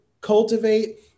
cultivate